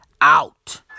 out